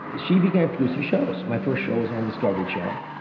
she began producing shows. my first show was on discovery channel,